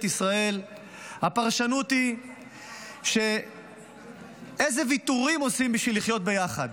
ישראל היא איזה ויתורים עושים בשביל לחיות ביחד.